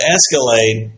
Escalade